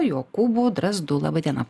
jokūbu drazdu laba diena